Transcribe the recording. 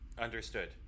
Understood